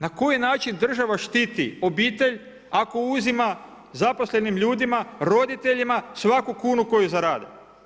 Na koji način država štiti obitelj ako uzima zaposlenim ljudima, roditeljima svaku kunu koju zarade?